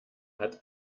hat